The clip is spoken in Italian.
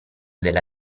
della